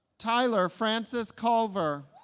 tyller frances culver